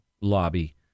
lobby